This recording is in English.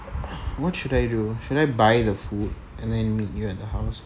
what should I do should I buy the food and then meet you at the house